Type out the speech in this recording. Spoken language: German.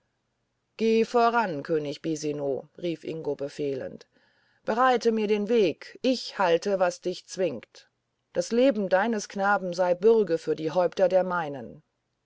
geh voran könig bisino rief ingo befehlend bereite mir den weg ich halte was dich zwingt das leben deines knaben sei bürge für die häupter der meinen